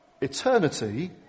eternity